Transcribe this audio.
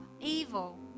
evil